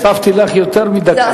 הוספתי לך יותר מדקה.